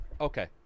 Okay